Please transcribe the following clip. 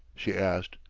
she asked.